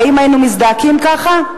האם היינו מזדעקים כך?